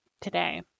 today